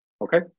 Okay